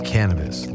Cannabis